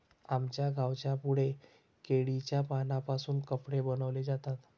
आमच्या गावाच्या पुढे केळीच्या पानांपासून कपडे बनवले जातात